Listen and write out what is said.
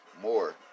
more